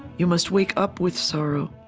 you must wake up with sorrow.